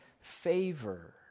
favor